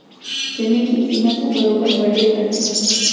जमीन के कीमत ह बरोबर बड़बे करथे